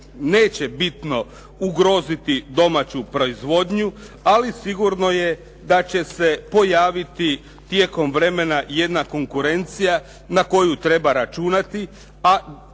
neće bitno ugroziti domaću proizvodnju ali sigurno je da će se pojaviti tijekom vremena jedna konkurencija na koju treba računati